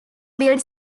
built